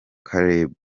caleb